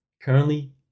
Currently